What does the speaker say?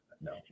no